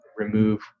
remove